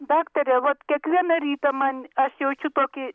daktare vot kiekvieną rytą man aš jaučiu tokį